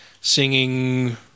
singing